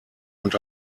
und